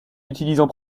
utilisant